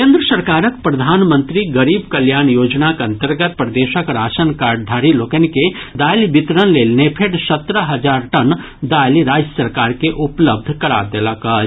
केन्द्र सरकारक प्रधानमंत्री गरीब कल्याण योजनाक अन्तर्गत प्रदेशक राशन कार्डधारी लोकनि के दालि वितरण लेल नेफेड सत्रह हजार टन दालि राज्य सरकार के उपलब्ध करा देलक अछि